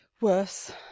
Worse